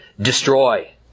destroy